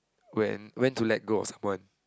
when when to let go of someone